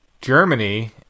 Germany